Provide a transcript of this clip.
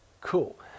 Cool